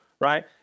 Right